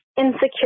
insecure